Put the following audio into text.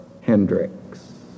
Hendricks